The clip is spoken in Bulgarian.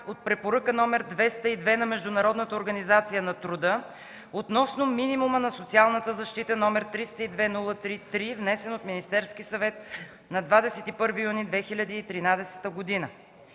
от Препоръка № 202 на Международната организация на труда относно минимума на социалната защита, № 302-03-3, внесен от Министерския съвет на 21 юни 2013 г.